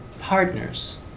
partners